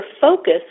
focus